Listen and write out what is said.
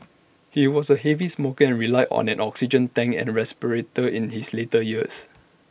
he was A heavy smoker and relied on an oxygen tank and respirator in his later years